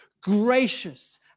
gracious